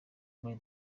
muri